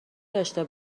داشته